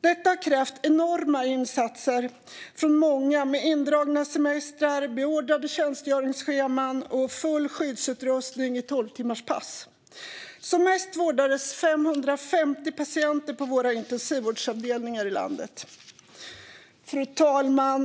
Detta har krävt enorma insatser från många, med indragna semestrar, beordrade tjänstgöringsscheman och full skyddsutrustning under tolvtimmarspass. Som mest vårdades 550 patienter på våra intensivvårdsavdelningar i landet. Fru talman!